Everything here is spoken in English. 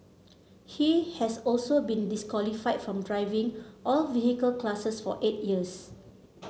he has also been disqualified from driving all vehicle classes for eight years